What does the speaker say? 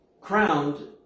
crowned